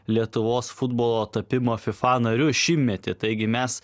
lietuvos futbolo tapimo fifa nariu šimtmetį taigi mes